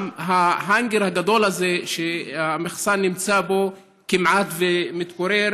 גם ההאנגר הגדול הזה שהמחסן נמצא בו כמעט ומתפורר.